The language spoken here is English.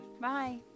Bye